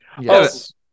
Yes